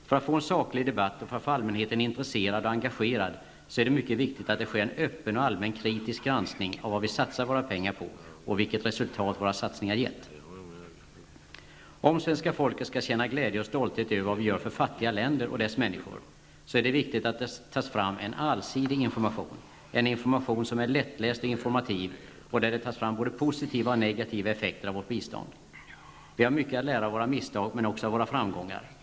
För att få en saklig debatt och för att få allmänheten intresserad och engagerad är det mycket viktigt att det sker en öppen och allmän kritisk granskning av vad vi satsat våra pengar på voch ilket resultat våra satsningar givit. Om svenska folket skall känna glädje och stolthet över vad vi gör för fattiga länder och deras människor, är det viktigt att det tas fram en allsidig information, en information som är lättläst och informativ och där det tas fram både positiva och negativa effekter av vårt bistånd. Vi har mycket att lära av våra misstag men också av våra framgångar.